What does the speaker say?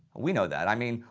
we know that i mean,